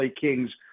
Kings